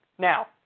Now